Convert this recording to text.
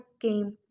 game